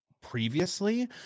previously